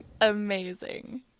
Amazing